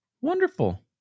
wonderful